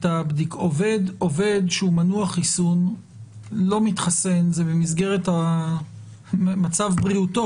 עובד שהוא מנוע חיסון לא מתחסן זה במסגרת מצב בריאותו,